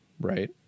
right